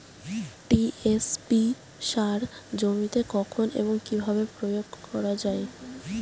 TSP সার জমিতে কখন এবং কিভাবে প্রয়োগ করা য়ায়?